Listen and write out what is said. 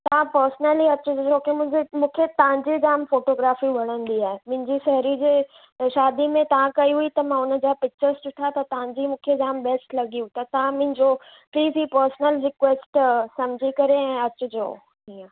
तव्हां पर्सनली अचिजो छो की मुंहिंजे मूंखे तव्हांजी जामु फ़ोटोग्राफ़ी वणंदी आहे मुंहिंजी साहेड़ी जे शादी में तव्हां कई हुई त मां उनजा पिच्चर्स ॾिठा त तव्हांजी मूंखे जामु बेस्ट लॻियूं त तव्हां मुंहिंजो प्लीज़ ही पर्सनल रिक्वेस्ट सम्झी करे ऐं अचिजो हीअं